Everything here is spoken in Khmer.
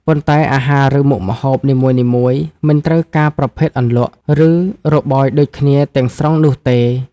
ប៉ុន្តែ អាហារឬមុខម្ហូបនីមួយៗ មិនត្រូវការប្រភេទអន្លក់ ឬរបោយដូចគ្នាទាំងស្រុងនោះទេ។